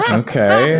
okay